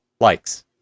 likes